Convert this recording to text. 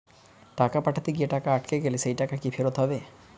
টাকা পাঠাতে গিয়ে টাকা আটকে গেলে সেই টাকা কি ফেরত হবে?